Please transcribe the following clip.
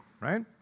right